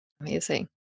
amazing